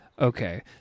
okay